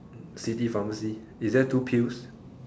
city pharmacy it's just two pills